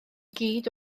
gyd